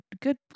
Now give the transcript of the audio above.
good